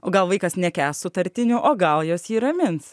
o gal vaikas nekęs sutartinių o gal jos jį ramins